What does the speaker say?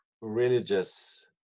religious